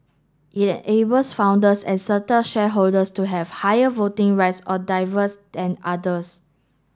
it enables founders and certain shareholders to have higher voting rights or diverse than others